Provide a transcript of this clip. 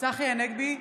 צחי הנגבי,